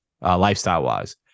lifestyle-wise